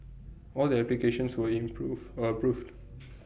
all the applications were improved approved